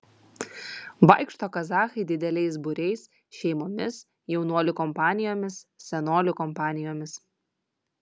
vaikšto kazachai dideliais būriais šeimomis jaunuolių kompanijomis senolių kompanijomis